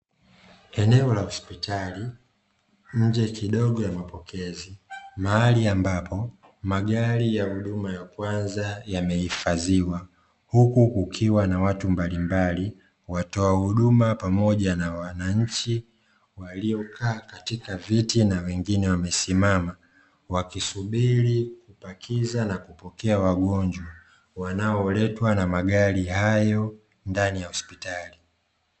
Eneo la hospitali nje kidogo ya mapokezi, mahali ambapo magari ya huduma ya kwanza yamehifadhiwa, huku kukiwa na watu mbalimbali watoa huduma pamoja na wananchi waliokaa katika viti na wengine wamesimama, wakisubiri kupakiza na kupokea wagonjwa wanaoletwa na magari hayo ndani ya hospitali.